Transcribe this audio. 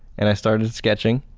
and i started sketching,